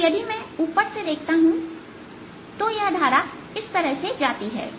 तो यदि मैं ऊपर से देखता हूं तो यह धारा इस तरह से जाती है